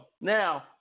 Now